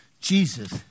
Jesus